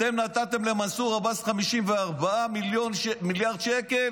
אתם נתתם למנסור עבאס 54 מיליארד שקל,